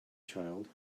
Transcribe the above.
child